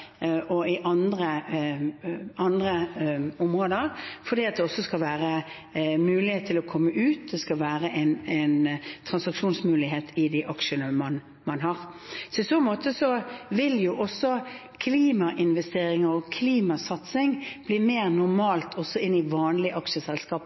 i unoterte aksjer og andre områder, fordi det også skal være mulighet til å komme ut, det skal være en transaksjonsmulighet i de aksjene man har. I så måte så vil jo klimainvesteringer og klimasatsing bli mer